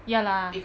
ya lah